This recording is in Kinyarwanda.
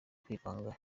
kwivanga